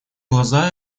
глаза